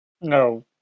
no